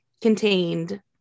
contained